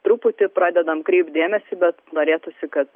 truputį pradedam kreipt dėmesį bet norėtųsi kad